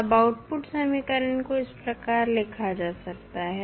तब आउटपुट समीकरण को इस प्रकार लिखा जा सकता है